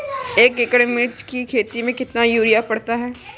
एक एकड़ मिर्च की खेती में कितना यूरिया पड़ता है?